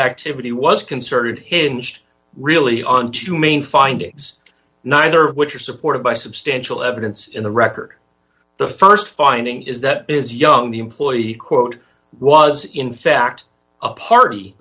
activity was concerted hinged really on two main findings neither of which are supported by substantial evidence in the record the st finding is that is young the employee quote was in fact a party